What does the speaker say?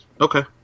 Okay